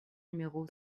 numéro